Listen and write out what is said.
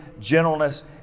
gentleness